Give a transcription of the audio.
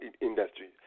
industry